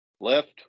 left